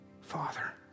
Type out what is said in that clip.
Father